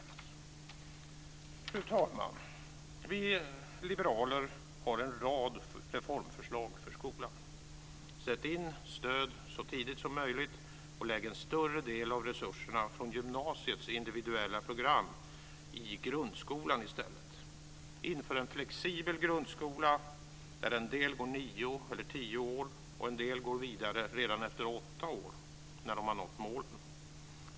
Fru talman! Vi liberaler har en rad reformförslag för skolan. Sätt in stöd så tidigt som möjligt och lägg en större del av resurserna från gymnasiets individuella program i grundskolan i stället. Inför en flexibel grundskola där en del går nio eller tio år och en del går vidare redan efter åtta år när de har nått målen.